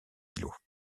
îlots